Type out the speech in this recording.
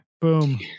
boom